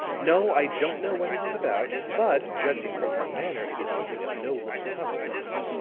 no, i don't know what it is about but judging from her manner, it is something of no little consequence.